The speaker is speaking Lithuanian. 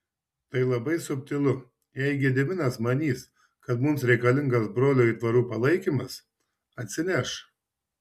tai labai subtilu jei gediminas manys kad mums reikalingas brolių aitvarų palaikymas atsineš